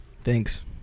Thanks